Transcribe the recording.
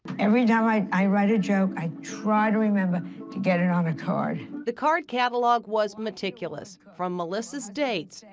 every time i i write a joke, i try to remember to get it on the ah card. the card catalog was meticulous, from melissa's dates,